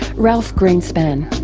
ralph greenspan.